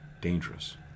dangerous